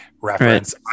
reference